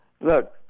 look